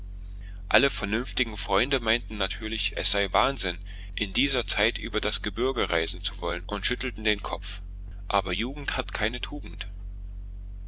alle vernünftigen freunde meinten natürlich es sei wahnsinn in dieser zeit über das gebirge reisen zu wollen und schüttelten den kopf aber jugend hat keine tugend